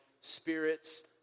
spirits